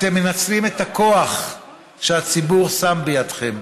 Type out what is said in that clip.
אתם מנצלים את הכוח שהציבור שם בידכם,